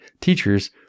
teachers